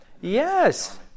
Yes